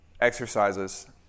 exercises